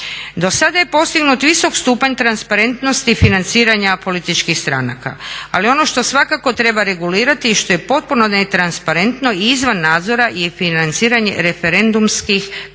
Dosada je postignut stupanj transparentnosti i financiranja političkih stranaka, ali ono što svakako treba regulirati i što je potpuno ne transparentno i izvan nadzora je financiranje referendumskih kampanja.